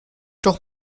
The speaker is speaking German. doch